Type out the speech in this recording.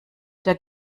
der